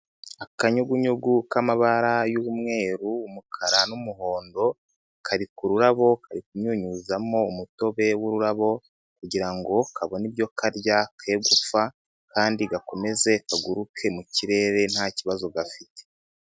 Akanyugunyugu k'amabara y'umweru, umukara n'umuhondo, kari ku rurabo kari kunyunyuzamo umutobe w'ururabo kugira ngo kabone ibyo karya ke gupfa kandi gakomeze kaguruke mu kirere nta kibazo gafite.